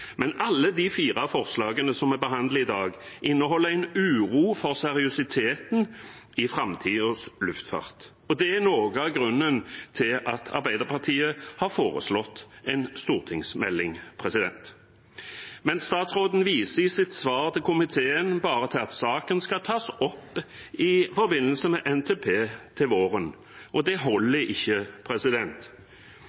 men alle de fire forslagene vi behandler i dag, inneholder en uro for seriøsiteten i framtidens luftfart. Det er noe av grunnen til at Arbeiderpartiet har foreslått en stortingsmelding. Statsråden viser i sitt svar til komiteen bare til at saken skal tas opp i forbindelse med NTP til våren, men det